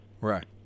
Right